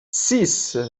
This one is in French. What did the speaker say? six